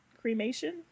Cremation